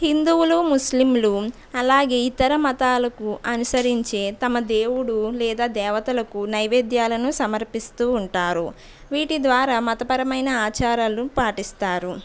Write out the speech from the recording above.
హిందువులూ ముస్లింలూ అలాగే ఇతర మతాలకు అనుసరించే తమ దేవుడు లేదా దేవతలకు నైవేద్యాలను సమర్పిస్తూ ఉంటారు వీటి ద్వారా మతపరమైన ఆచారాలు పాటిస్తారు